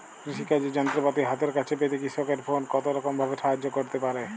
কৃষিকাজের যন্ত্রপাতি হাতের কাছে পেতে কৃষকের ফোন কত রকম ভাবে সাহায্য করতে পারে?